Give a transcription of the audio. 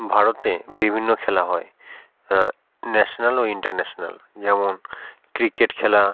ভারতে বিভিন্ন খেলা হয় ন্যাশনাল ও ইন্টারন্যাশনাল যেমন ক্রিকেট খেলা